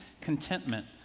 contentment